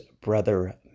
brother